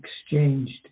exchanged